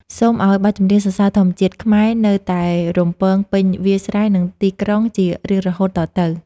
សូមឱ្យបទចម្រៀងសរសើរធម្មជាតិខ្មែរ នៅតែរំពងពេញវាលស្រែ និងទីក្រុងជារៀងរហូតតទៅ។